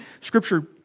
Scripture